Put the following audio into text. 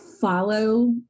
follow